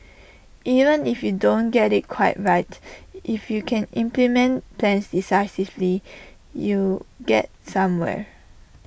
even if you don't get IT quite right if you can implement plans decisively you get somewhere